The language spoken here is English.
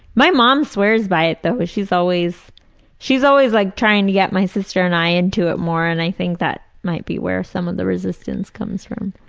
my mom swears by it though she's always she's always like trying to get my sister and i into it more, and i think that might be where some of the resistance comes from.